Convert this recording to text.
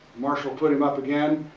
marshall put him up again,